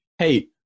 Hey